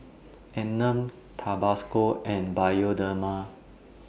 Anmum Tabasco and Bioderma